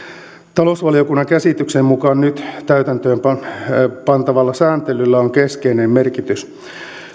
talousvaliokunnan käsityksen mukaan nyt täytäntöön pantavalla sääntelyllä on keskeinen merkitys